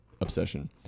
obsession